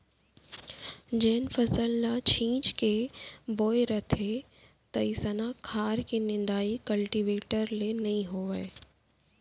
जेन फसल ल छीच के बोए रथें तइसना खार के निंदाइ कल्टीवेटर ले नइ होवय